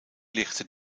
lichten